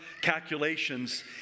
calculations